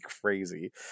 crazy